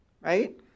right